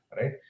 Right